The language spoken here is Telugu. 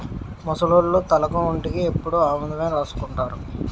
ముసలోళ్లు తలకు ఒంటికి ఎప్పుడు ఆముదమే రాసుకుంటారు